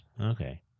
Okay